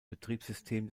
betriebssystem